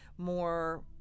more